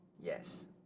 Yes